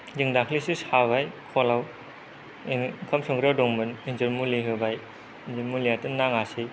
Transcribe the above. जों दाख्लैसो साबाय खलाव इबे ओंखाम संग्रायाव दंमोन एन्जर मुलि होबाय एन्जर मुलियाथ' नाङासै